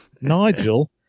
Nigel